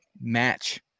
match